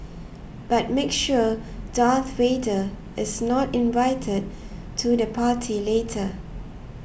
but make sure Darth Vader is not invited to the party later